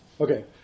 Okay